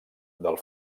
del